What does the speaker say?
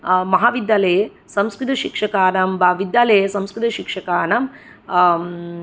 महाविद्यालये संस्कृतशिक्षकाणां वा विद्यालये संस्कृतशिक्षकाणाम्